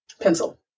Pencil